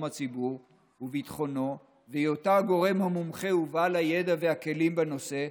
הציבור וביטחונו והיותה הגורם המומחה ובעל הידע והכלים בנושא,